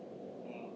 mm